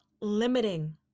limiting